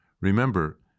Remember